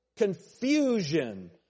confusion